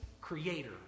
Creator